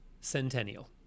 centennial